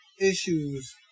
issues